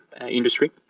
industry